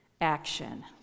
action